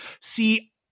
see